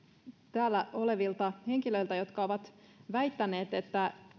täällä olevilta henkilöiltä jotka ovat väittäneet että